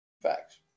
Facts